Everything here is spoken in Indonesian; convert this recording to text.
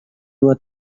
dua